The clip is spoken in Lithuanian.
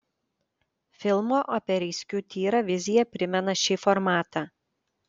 filmo apie reiskių tyrą vizija primena šį formatą